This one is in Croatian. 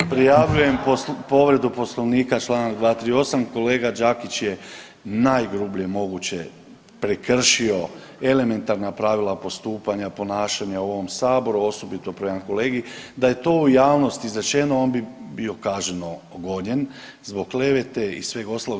Prijavljujem povredu Poslovnika čl. 238. kolega Đakić je najgrublje moguće prekršio elementarna pravila postupanja ponašanja u ovom Saboru, osobito prema kolegi da je to u javnosti izrečeno on bi bio kažnjeno gonjen zbog klevete i svega ostalog.